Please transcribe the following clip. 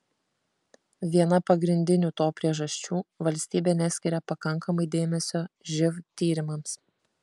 viena pagrindinių to priežasčių valstybė neskiria pakankamai dėmesio živ tyrimams